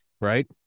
right